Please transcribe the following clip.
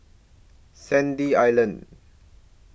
Sandy Island